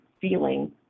feeling